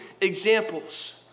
examples